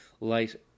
light